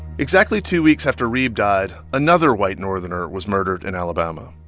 exactly two weeks after reeb died, another white northerner was murdered in alabama.